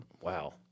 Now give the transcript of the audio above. wow